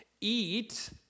Eat